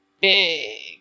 big